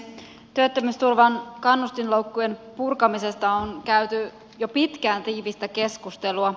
työttömyysturvan kannustinloukkujen purkamisesta on käyty jo pitkään tiivistä keskustelua